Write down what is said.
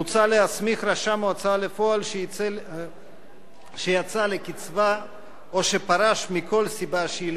מוצע להסמיך רשם ההוצאה לפועל שיצא לקצבה או שפרש מכל סיבה שהיא,